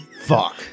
Fuck